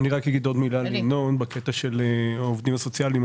אני רק אגיד עוד מילה לינון בקטע של העובדים הסוציאליים.